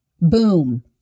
boom